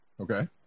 Okay